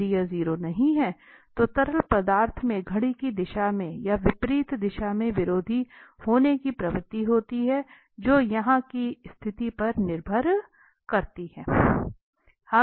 यदि यह 0 नहीं है तो तरल पदार्थ में घड़ी की दिशा में या विपरीत दिशा में विरोधी होने की प्रवृत्ति होती है जो वहां की स्थिति पर निर्भर करती है